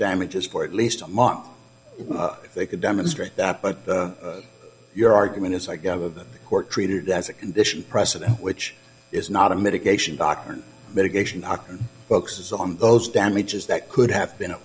damages for at least a month they could demonstrate that but your argument is i gather the court treated as a condition precedent which is not a mitigation doctrine medication i can focus on those damages that could have been a